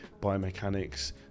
biomechanics